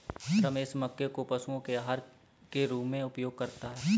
रमेश मक्के को पशुओं के आहार के रूप में उपयोग करता है